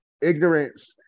Ignorance